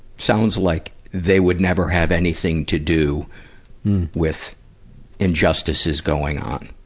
sounds like they would never have anything to do with injustices going on.